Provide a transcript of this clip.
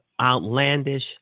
outlandish